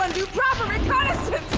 do proper reconnaissance?